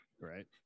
right